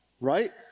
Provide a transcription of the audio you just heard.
right